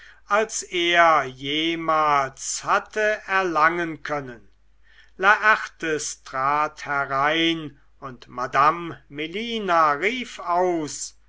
als er jemals hatte erlangen können laertes trat herein und madame melina rief aus